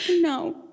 No